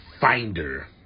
finder